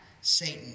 Satan